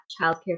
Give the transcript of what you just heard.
childcare